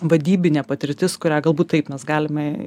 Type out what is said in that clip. vadybinė patirtis kurią galbūt taip mes galime